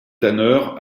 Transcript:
tanneurs